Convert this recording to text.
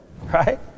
right